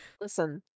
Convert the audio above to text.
Listen